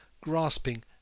grasping